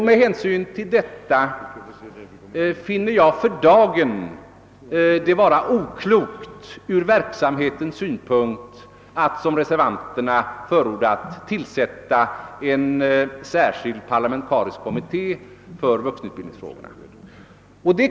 Med hänsyn till detta finner jag det för dagen vara oklokt ur verksamhetens synpunkt att, som reservanterna förordat, tillsätta en särskild parlamentarisk kommitté för vuxenutbildningsfrågorna.